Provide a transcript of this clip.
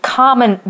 common